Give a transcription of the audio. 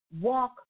Walk